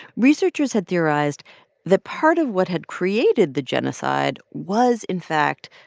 researchers had theorized that part of what had created the genocide was, in fact,